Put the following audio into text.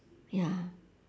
ya